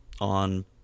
on